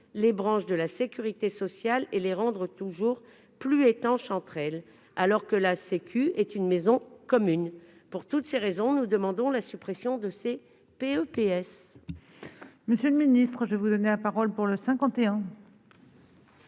les branches de la sécurité sociale et les rendre toujours plus étanches, alors que la sécurité sociale est une maison commune. Pour toutes ces raisons, nous demandons la suppression de ces PEPSS.